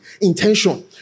intention